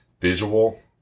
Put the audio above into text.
visual